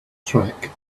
track